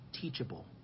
teachable